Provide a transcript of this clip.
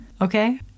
okay